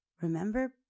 remember